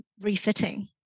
refitting